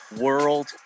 World